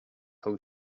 thug